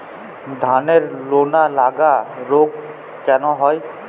ধানের লোনা লাগা রোগ কেন হয়?